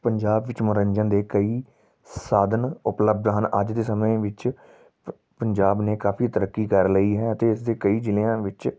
ਪੰਜਾਬ ਵਿੱਚ ਮਨੋਰੰਜਨ ਦੇ ਕਈ ਸਾਧਨ ਉਪਲੱਬਧ ਹਨ ਅੱਜ ਦੇ ਸਮੇਂ ਵਿੱਚ ਪ ਪੰਜਾਬ ਨੇ ਕਾਫੀ ਤਰੱਕੀ ਕਰ ਲਈ ਹੈ ਅਤੇ ਇਸ ਦੇ ਕਈ ਜ਼ਿਲ੍ਹਿਆਂ ਵਿੱਚ